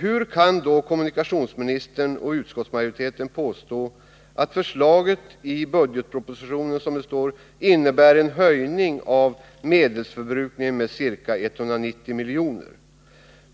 Hur kan då kommunikationsministern och utskottet påstå att förslaget i budgetpropositionen innebär ”en höjning av medelsförbrukningen med ca 190 milj.kr.”?